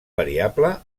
variable